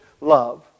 love